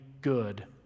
good